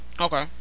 Okay